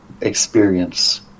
experience